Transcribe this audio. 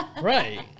Right